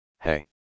hey